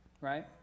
right